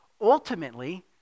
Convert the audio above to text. Ultimately